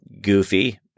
goofy